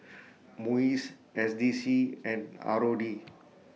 Muis S D C and R O D